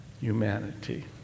humanity